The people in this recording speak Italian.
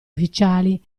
ufficiali